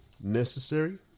necessary